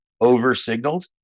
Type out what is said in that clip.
over-signaled